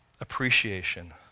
appreciation